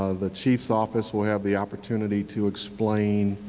ah the chief's office will have the opportunity to explain